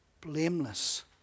blameless